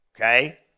Okay